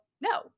no